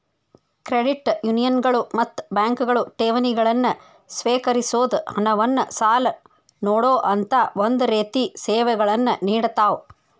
credit ಯೂನಿಯನ್ಗಳು ಮತ್ತ ಬ್ಯಾಂಕ್ಗಳು ಠೇವಣಿಗಳನ್ನ ಸ್ವೇಕರಿಸೊದ್, ಹಣವನ್ನ್ ಸಾಲ ನೇಡೊಅಂತಾ ಒಂದ ರೇತಿ ಸೇವೆಗಳನ್ನ ನೇಡತಾವ